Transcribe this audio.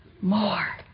more